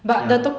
ya